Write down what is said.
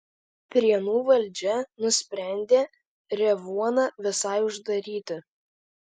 prienų valdžia nusprendė revuoną visai uždaryti